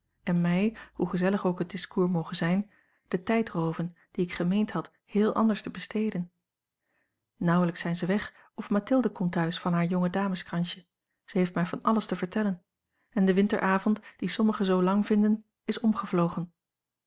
en mij hoe gezellig ook het discours moge zijn den tijd rooven dien ik gemeend had heel anders te besteden nauwelijks zijn ze weg of mathilde komt thuis van haar jonge dameskransje zij heeft mij van alles te vertellen en de winteravond dien sommigen zoo lang vinden is omgevlogen